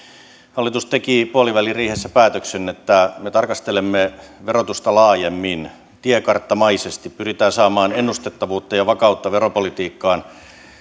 hallitus teki puoliväliriihessä päätöksen että me tarkastelemme verotusta laajemmin tiekarttamaisesti pyritään saamaan ennustettavuutta ja vakautta veropolitiikkaan